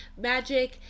Magic